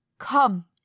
Come